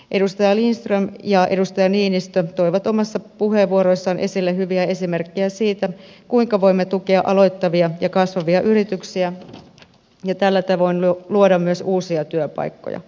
edustaja lindström ja edustaja niinistö toivat omissa puheenvuoroissaan esille hyviä esimerkkejä siitä kuinka voimme tukea aloittavia ja kasvavia yrityksiä ja tällä tavoin luoda myös uusia työpaikkoja